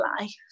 life